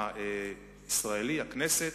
הישראלי, הכנסת,